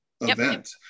event